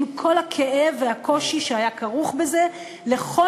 עם כל הכאב והקושי שהיה כרוך בזה לכל